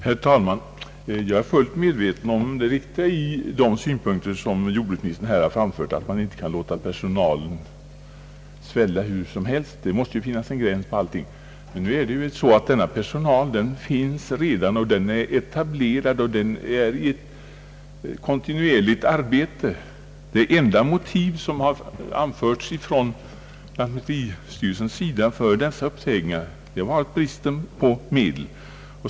Herr talman! Jag är fullt medveten om det riktiga i de synpunkter som jordbruksministern här har framfört nämligen att man inte kan låta personalen öka hur mycket som helst. Det måste sättas en gräns för allting. Men nu finns denna personal redan. Den är etablerad, och den är i kontinuerligt arbete. Det enda motiv som lantmäteristyrelsen har anfört för dessa uppsägningar är bristen på medel.